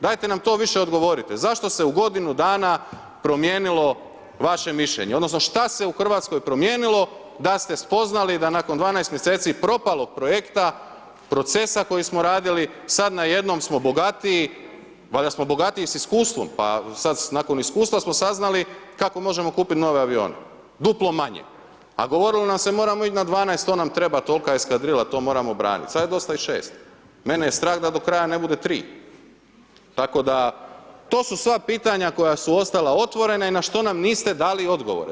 Dajte nam to više odgovorite, zašto se u godinu dana promijenilo vaše mišljenje odnosno šta se u Hrvatskoj promijenilo da ste spoznali da nakon 12. mj. propalog projekta procesa, koji smo radili sad najednom smo bogatiji, valjda smo bogatiji sa iskustvom pa sad nakon iskustva smo saznali kako možemo kupiti nove avione, duplo manje a govorilo nam se moramo ić na 12, to nam treba, tolika eskadrila, to moramo braniti, sad je dosta i 6. Mene je strah da do kraja ne bude 3. Tako da to su sva pitanja koja su ostala otvorena i na što niste dali odgovore.